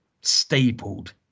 stapled